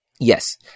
yes